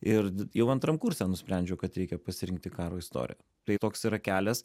ir jau antram kurse nusprendžiau kad reikia pasirinkti karo istoriją tai toks yra kelias